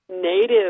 native